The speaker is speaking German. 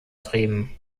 trieben